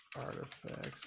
artifacts